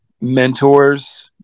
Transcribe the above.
mentors